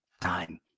time